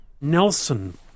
Nelson